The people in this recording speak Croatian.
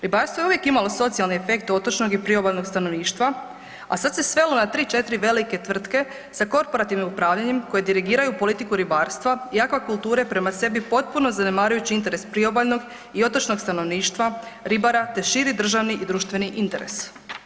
Ribarstvo je uvijek imalo socijalni efekt otočnog i priobalnog stanovništva, a sad se svelo na tri, četiri velike tvrtke sa korporativnim upravljanjem koji dirigiraju politiku ribarstva i aquakulture prema sebi potpuno zanemarujući interes priobalnog i otočnog stanovništva, ribara, te širi državni i društveni interes.